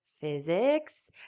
physics